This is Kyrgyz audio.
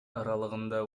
аралыгында